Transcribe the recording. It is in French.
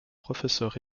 professeur